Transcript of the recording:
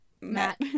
Matt